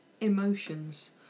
emotions